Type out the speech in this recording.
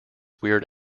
weird